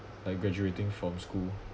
like graduating from school